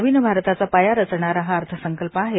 नवीन भारताचा पाया रचणारा हा अर्थसंकल्प आहे